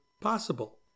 possible